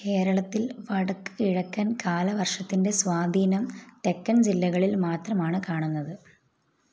കേരളത്തിൽ വടക്കുകിഴക്കൻ കാലവർഷത്തിന്റെ സ്വാധീനം തെക്കൻ ജില്ലകളിൽ മാത്രമാണ് കാണുന്നത്